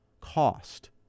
cost